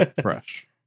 Fresh